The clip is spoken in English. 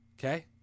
Okay